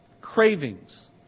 cravings